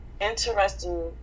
interesting